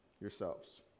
yourselves